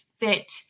Fit